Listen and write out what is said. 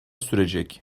sürecek